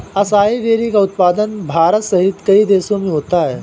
acai berry का उत्पादन भारत सहित कई देशों में होता है